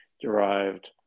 derived